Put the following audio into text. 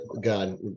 god